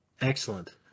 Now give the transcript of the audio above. Excellent